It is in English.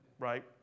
Right